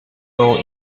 role